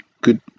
good